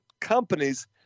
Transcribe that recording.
companies